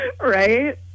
Right